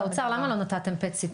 האוצר, למה לא נתתם PET-CT?